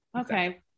okay